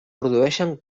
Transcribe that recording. produeixen